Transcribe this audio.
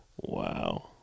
Wow